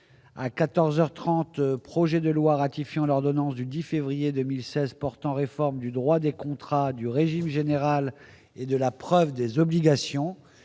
30 projet de loi ratifiant l'ordonnance du 10 février 2016 portant réforme du droit des contrats du régime général et de la preuve des obligations